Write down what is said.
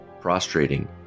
prostrating